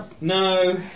No